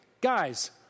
guys